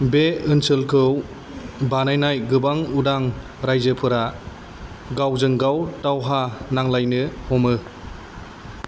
बे ओनसोलखौ बानायनाय गोबां उदां रायजोफोरा गावजों गाव दावहा नांलायनो हमो